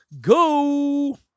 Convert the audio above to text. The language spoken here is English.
go